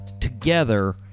together